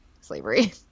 slavery